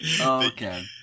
okay